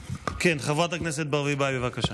כן, חברת הכנסת ברביבאי, בבקשה.